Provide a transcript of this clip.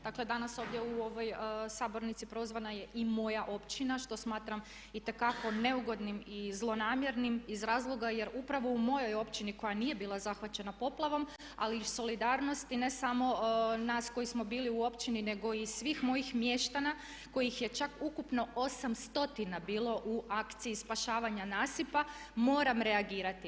Dakle danas ovdje u ovoj sabornici prozvana je i moja općina što smatram itekako neugodnim i zlonamjernim iz razloga jer upravo u mojoj općini koja nije bila zahvaćena poplavom ali iz solidarnosti ne samo nas koji smo bili u općini nego i svih mojih mještana kojih je čak ukupno 800 bilo u akciji spašavanja nasipa moram reagirati.